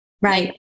right